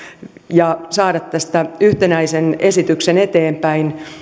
ja saada tästä yhtenäisen esityksen eteenpäin